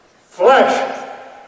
Flesh